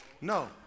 No